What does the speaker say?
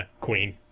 Queen